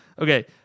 Okay